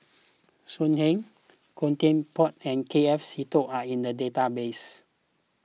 So Heng Khoo Teck Puat and K F Seetoh are in the database